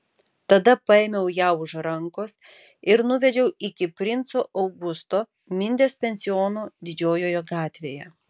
tada paėmiau ją už rankos ir nuvedžiau iki princo augusto mindės pensiono didžiojoje gatvėje